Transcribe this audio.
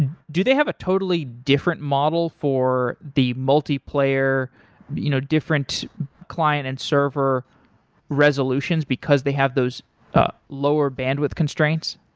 and do they have a totally different model for the multiplayer you know different client and server resolutions because they have those lower bandwidth constraints?